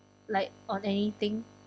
like on anything